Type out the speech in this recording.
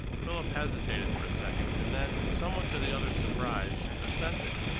philip hesitated for a second and then, somewhat to the other's surprise, assented.